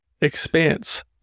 expanse